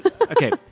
Okay